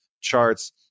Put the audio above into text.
charts